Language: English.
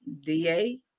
DA